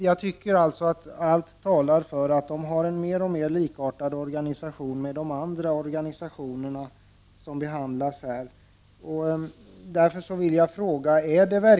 Jag anser att allt talar för att SBC:s organisation blir mer och mer lik andra bostadsrättsorganisationer som tas upp i detta sammanhang. Därför vill jag ställa följande fråga.